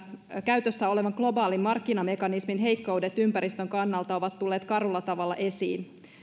käytössä olevan globaalin markkinamekanismin heikkoudet ympäristön kannalta ovat tulleet karulla tavalla esiin